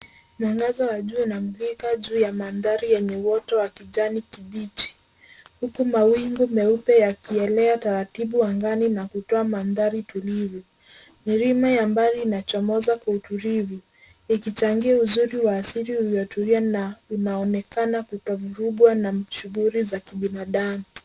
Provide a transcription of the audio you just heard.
Mwangaza wa jua unamulika juu ya mandhari yenye uoto wa kijani kibichi, huku mawingu meupe yakielea taratibu angani na kutoa mandhari tulivu. Milima ya mbali inachomoza kwa utulivu, ikichangia uzuri wa asili uliotulia na unaonekana kutovurugwa na shughuli za kibinadamu.